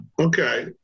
okay